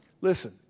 listen